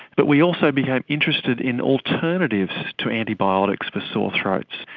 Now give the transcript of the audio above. but we also became interested in alternatives to antibiotics for sore throats.